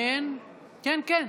כן, כן.